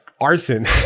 arson